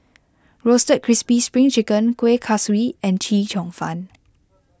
Roasted Crispy Spring Chicken Kueh Kaswi and Chee Cheong Fun